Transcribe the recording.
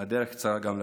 והדרך קצרה גם לפשע.